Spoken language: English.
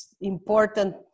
important